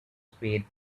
spade